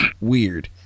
weird